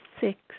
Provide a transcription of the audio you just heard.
six